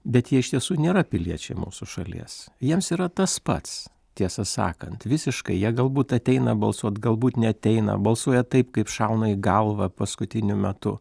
bet jie iš tiesų nėra piliečiai mūsų šalies jiems yra tas pats tiesą sakant visiškai jie galbūt ateina balsuot galbūt neateina balsuoja taip kaip šauna į galvą paskutiniu metu